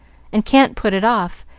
and can't put it off,